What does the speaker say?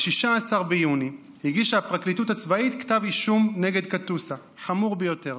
ב-16 ביוני הגישה הפרקליטות הצבאית כתב אישום חמור ביותר